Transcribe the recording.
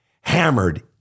hammered